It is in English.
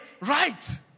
right